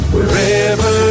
Wherever